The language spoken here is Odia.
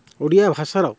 ଓଡ଼ିଆଭାଷାର